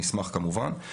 נשמח כמובן.